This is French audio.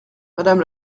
madame